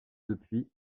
depuis